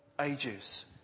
ages